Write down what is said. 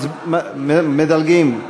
מדלגים.